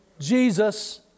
Jesus